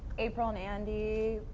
april and andy